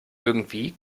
irgendwie